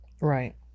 Right